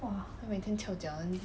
她每天翘脚